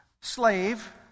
Slave